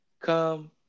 Come